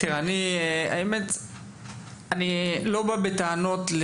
אני לא בא בטענות,